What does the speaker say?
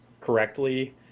correctly